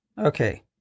Okay